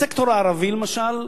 בסקטור הערבי, למשל,